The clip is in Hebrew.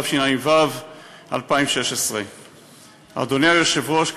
התשע"ו 2016. אדוני היושב-ראש,